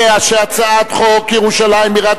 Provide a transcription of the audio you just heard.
ההצעה להעביר את הצעת חוק ירושלים בירת